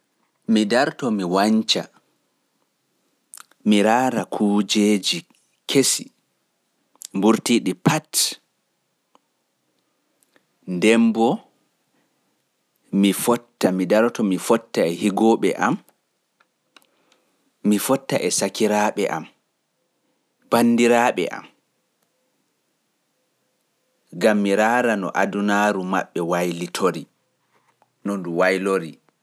Mi wancai mi raara kuujeji kesi mburtiiɗi. Mi fottae higooɓe e banndiraaɓe gam mi raara no adunaaru maɓɓe waylori.